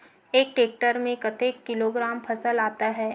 एक टेक्टर में कतेक किलोग्राम फसल आता है?